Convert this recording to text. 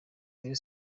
rayon